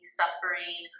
suffering